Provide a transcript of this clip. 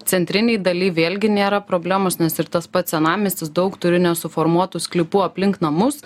centrinėj dalyj vėlgi nėra problemos nes ir tas pats senamiestis daug turi nesuformuotų sklypų aplink namus